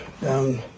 down